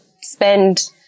spend